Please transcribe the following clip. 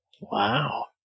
Wow